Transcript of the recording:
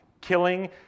killing